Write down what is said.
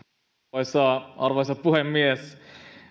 arvoisa arvoisa puhemies